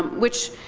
which,